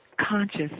conscious